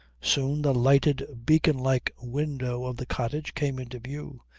soon the lighted beacon-like window of the cottage came into view.